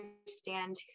understand